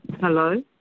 hello